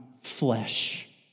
flesh